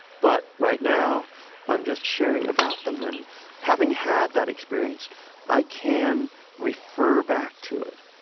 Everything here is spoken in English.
but right now i'm just sharing about them and having had that experience i can refer back to it.